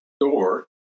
door